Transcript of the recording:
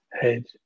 head